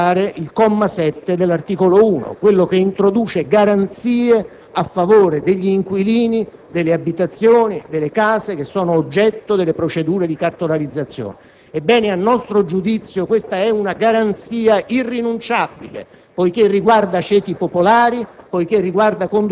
dell'opposizione, facendo così saltare il comma 7 dell'articolo 1, quello che introduce garanzie a favore degli inquilini delle abitazioni oggetto delle procedure di cartolarizzazione. A nostro giudizio, questa è una garanzia irrinunciabile,